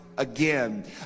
Again